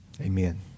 Amen